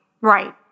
right